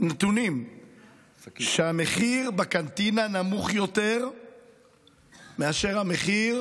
הביאו לי נתונים שהמחיר בקנטינה נמוך יותר מאשר המחיר